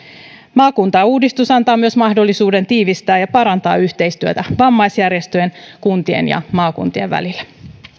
maakuntauudistus antaa myös mahdollisuuden tiivistää ja parantaa yhteistyötä vammaisjärjestöjen kuntien ja maakuntien välillä